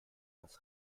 dass